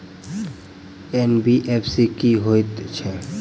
NBFC की हएत छै?